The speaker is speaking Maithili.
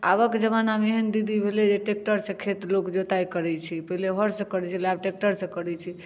आबक जमानामे एहन दीदी भेलै जे टेक्टरसँ खेत लोक जोताइ करैत छै पहिले हरसँ करै छलै आब टेक्टरसँ करै छै